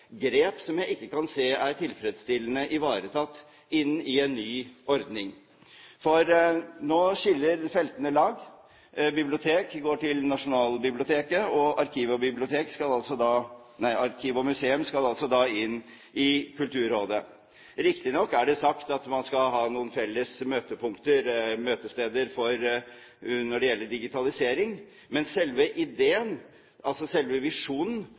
grep – grep jeg ikke kan se er tilfredsstillende ivaretatt inn i en ny ordning. Nå skiller feltene lag. Bibliotek går til Nasjonalbiblioteket, og arkiv og museum skal altså da inn i Kulturrådet. Riktignok er det sagt at man skal ha noen felles møtepunkter – møtesteder – når det gjelder digitalisering, men selve ideen, altså selve visjonen,